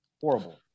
horrible